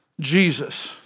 Jesus